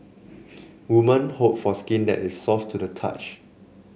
women hope for skin that is soft to the touch